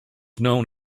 known